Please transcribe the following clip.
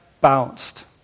bounced